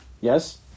Yes